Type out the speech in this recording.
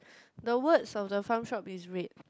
the words of the front shop is red